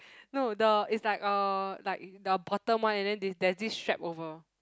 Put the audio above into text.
no the is like uh like the bottom one and then this there's this strap over